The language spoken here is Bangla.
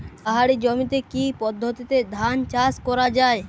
পাহাড়ী জমিতে কি পদ্ধতিতে ধান চাষ করা যায়?